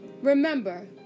Remember